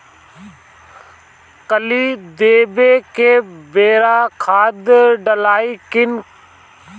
कली देवे के बेरा खाद डालाई कि न?